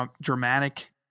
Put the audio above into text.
dramatic